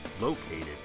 located